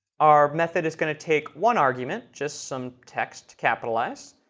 our method is going to take one argument, just some text to capitalize.